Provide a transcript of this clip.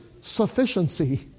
sufficiency